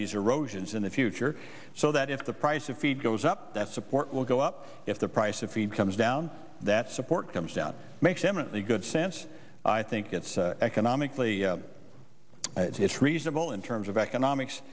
these erosions in the future so that if the price of feed goes up that support will go up if the price of feed comes down that support comes down makes eminently good sense i think it's economically it's reasonable in terms of economics